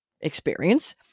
experience